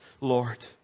Lord